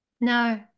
No